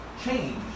change